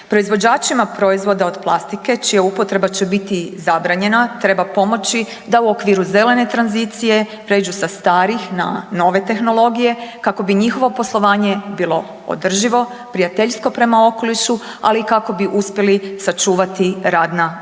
Proizvođačima proizvoda od plastike čija upotreba će biti zabranjena treba pomoći da u okviru zelene tranzicije prijeđu sa starih na nove tehnologije kako bi njihovo poslovanje bilo održivo, prijateljsko prema okolišu, ali kako bi uspjeli sačuvati radna mjesta.